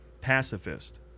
pacifist